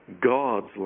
God's